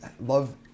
love